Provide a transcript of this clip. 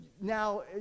Now